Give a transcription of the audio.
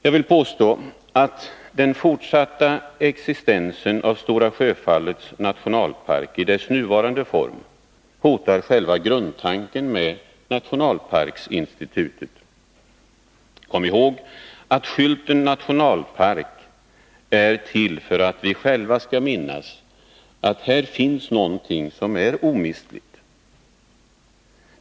Jag vill påstå att den fortsatta existensen av Stora Sjöfallets nationalpark i dess nuvarande form hotar själva grundtanken med nationalparksinstitutet. Kom ihåg att skylten ”Nationalpark” är till för att vi själva skall minnas att här finns någonting som är omistligt!